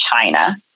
China